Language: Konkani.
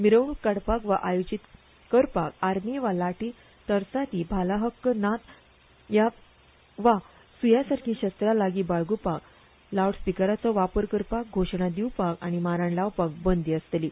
मिरवणूक काडपाक वा आयोजीत करपाक आर्मी वा लाठीं तरसादीं भाला हक्क नात वा स्या सारकी शस्त्रां लागीं बाळग्रपाक लावडस्पिकराचो वापर करपाक घोशणां दिवपाक आनी माराण लावपाक बंदी आसतली